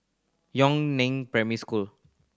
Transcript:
Yun Neng Primary School